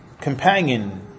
companion